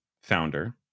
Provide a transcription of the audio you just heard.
founder